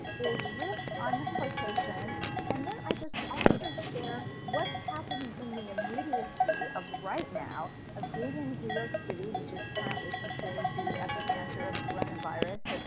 is riff on the quotation and then i just also share what's happening in the immediacy of right now, of being in new york city, which is currently considered the epicenter of coronavirus,